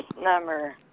number